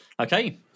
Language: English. Okay